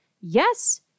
yes